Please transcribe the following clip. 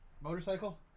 motorcycle